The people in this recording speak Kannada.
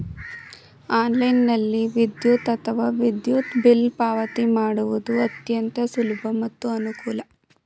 ಆನ್ಲೈನ್ನಲ್ಲಿ ವಿದ್ಯುತ್ ಅಥವಾ ವಿದ್ಯುತ್ ಬಿಲ್ ಪಾವತಿ ಮಾಡುವುದು ಅತ್ಯಂತ ಸುಲಭ ಮತ್ತು ಅನುಕೂಲ